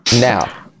now